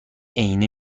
عینه